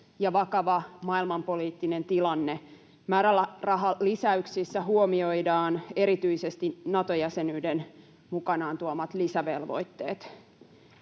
ja vakava maailmanpoliittinen tilanne. Määrärahalisäyksissä huomioidaan erityisesti Nato-jäsenyyden mukanaan tuomat lisävelvoitteet.